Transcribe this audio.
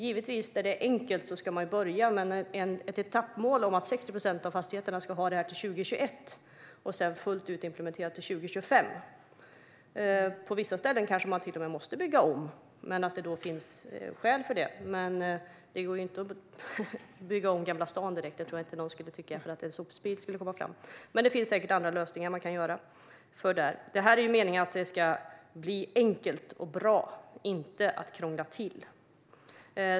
Givetvis ska man börja där det är enkelt, men etappmålet är att 60 procent av fastigheterna ska ha det här till 2021, och sedan ska det vara fullt ut implementerat till 2025. På vissa ställen kanske man till och med måste bygga om, men då finns det skäl för det. Det går ju inte direkt att bygga om Gamla stan för att en sopbil ska komma fram. Det tror jag inte att någon skulle tycka. Där finns det säkert andra lösningar. Det är ju meningen att det ska bli enkelt och bra, inte att det ska krånglas till.